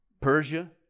Persia